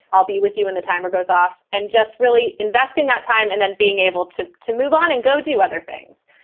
i'll be with you in. the timer goes off and just really investing that time and then being able to to move on and go do other things.